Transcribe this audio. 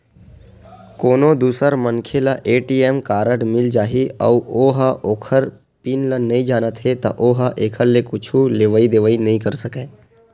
कोनो दूसर मनखे ल ए.टी.एम कारड मिल जाही अउ ओ ह ओखर पिन ल नइ जानत हे त ओ ह एखर ले कुछु लेवइ देवइ नइ कर सकय